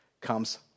comes